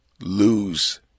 lose